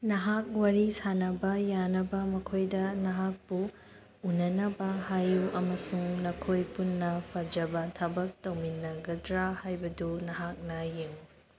ꯅꯍꯥꯛ ꯋꯥꯔꯤ ꯁꯥꯅꯕ ꯌꯥꯅꯕ ꯃꯈꯣꯏꯗ ꯅꯍꯥꯛꯄꯨ ꯎꯅꯅꯕ ꯍꯥꯏꯌꯨ ꯑꯃꯁꯨꯡ ꯅꯈꯣꯏ ꯄꯨꯟꯅ ꯐꯖꯕ ꯊꯕꯛ ꯇꯧꯃꯤꯟꯅꯒꯗ꯭ꯔꯥ ꯍꯥꯏꯕꯗꯨ ꯅꯍꯥꯛꯅ ꯌꯦꯡꯉꯨ